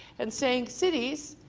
and saying cities,